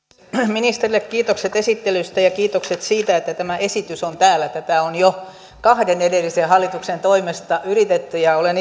ministerille kiitokset esittelystä ja kiitokset siitä että tämä esitys on täällä tätä on jo kahden edellisen hallituksen toimesta yritetty ja olen